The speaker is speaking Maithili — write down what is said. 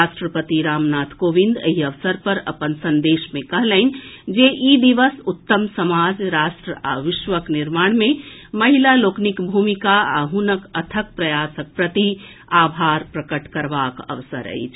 राष्ट्रपति रामनाथ कोविंद एहि अवसर पर अपन संदेश मे कहलनि जे ई दिवस उत्तम समाज राष्ट्र आ विश्वक निर्माण मे महिला लोकनिक भूमिका आ हुनक अथक प्रयासक प्रति आभार प्रकट करबाक अवसर अछि